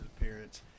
appearance